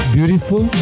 Beautiful